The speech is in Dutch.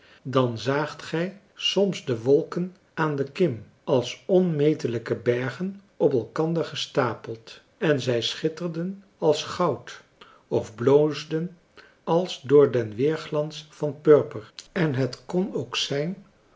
dan zaagt gij soms de wolken aan de kim als onmetelijke bergen op elkander gestapeld en zij schitterden als goud of bloosden als door den weerglans van purper en het kon ook zijn